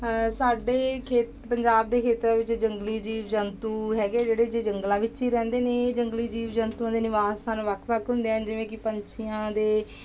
ਸਾਡੇ ਖੇ ਪੰਜਾਬ ਦੇ ਖੇਤਰਾਂ ਵਿੱਚ ਜੰਗਲੀ ਜੀਵ ਜੰਤੂ ਹੈਗੇ ਜਿਹੜੇ ਜੀ ਜੰਗਲਾਂ ਵਿੱਚ ਹੀ ਰਹਿੰਦੇ ਨੇ ਜੰਗਲੀ ਜੀਵ ਜੰਤੂਆਂ ਦੇ ਨਿਵਾਸ ਸਥਾਨ ਵੱਖ ਵੱਖ ਹੁੰਦੇ ਹਨ ਜਿਵੇਂ ਕਿ ਪੰਛੀਆਂ ਦੇ